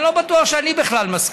אני לא בטוח שאני מסכים,